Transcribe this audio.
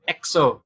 EXO